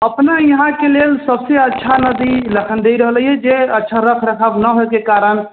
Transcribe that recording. अपना इहाँके लेल सभसँ अच्छा नदी लखनदेहि रहलैए जे अच्छा रखरखाव नहि होइके कारण